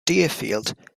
deerfield